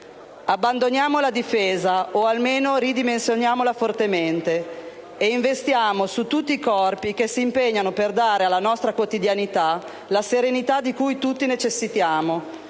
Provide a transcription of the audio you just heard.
abbandoniamo la difesa o almeno ridimensioniamola fortemente e investiamo su tutti i corpi che si impegnano per dare alla nostra quotidianità la serenità di cui tutti necessitiamo,